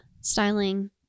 styling